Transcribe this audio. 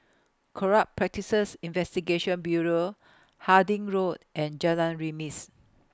Corrupt Practices Investigation Bureau Harding Road and Jalan Remis